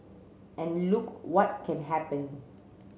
and look what can happen